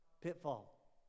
pitfall